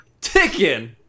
ticking